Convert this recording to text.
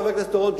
חבר הכנסת אורון,